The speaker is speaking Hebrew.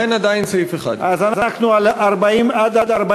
אכן עדיין סעיף 1. אז אנחנו על 40 46,